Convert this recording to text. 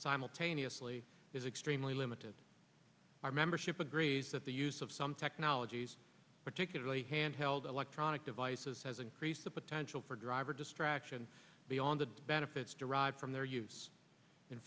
simultaneously is extremely limited our membership agrees that the use of some technologies particularly handheld electronic devices has increased the potential for driver distraction beyond the benefits derived from their use in